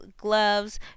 gloves